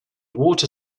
water